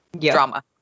drama